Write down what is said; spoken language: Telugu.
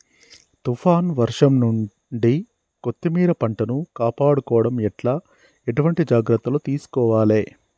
తుఫాన్ వర్షం నుండి కొత్తిమీర పంటను కాపాడుకోవడం ఎట్ల ఎటువంటి జాగ్రత్తలు తీసుకోవాలే?